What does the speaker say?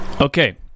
Okay